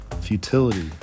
futility